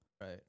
Right